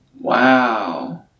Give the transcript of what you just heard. Wow